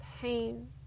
pain